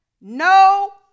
No